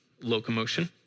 locomotion